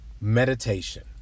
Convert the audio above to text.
Meditation